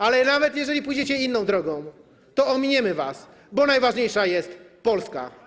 Ale nawet jeżeli pójdziecie inną drogą, to ominiemy was, bo najważniejsza jest Polska.